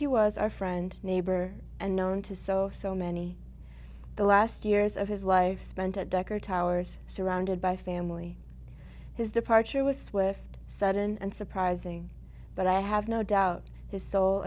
he was our friend neighbor and known to so so many the last years of his life spent at decker towers surrounded by family his departure was swift sudden and surprising but i have no doubt his soul